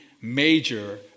major